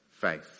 faith